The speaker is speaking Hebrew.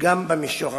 גם במישור הפלילי.